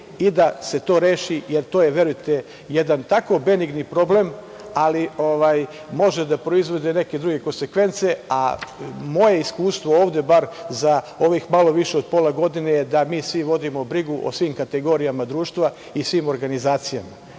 i da se to reši, jer to je, verujte, jedan tako benigni problem, ali može da proizvodi neke druge konsekvence. Moje iskustvo ovde, barem za više od pola godine je da mi svi vodimo brigu o svim kategorijama društva i svim organizacijama. Tako